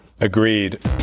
Agreed